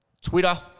Twitter